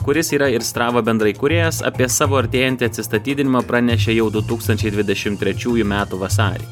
kuris yra ir strava bendraįkūrėjas apie savo artėjantį atsistatydinimą pranešė jau du tūkstančiai dvidešim trečiųjų metų vasarį